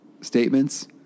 statements